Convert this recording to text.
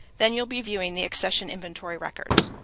then you'll be viewing the accession inventory records.